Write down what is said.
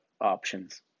options